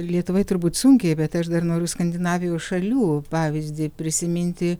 lietuvai turbūt sunkiai bet aš dar noriu skandinavijos šalių pavyzdį prisiminti